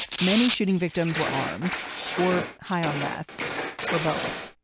many shooting victims were armed or high on meth or both.